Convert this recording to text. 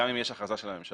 גם אם יש הכרזה של הממשלה,